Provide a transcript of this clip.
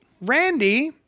Randy